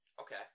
Okay